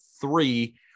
three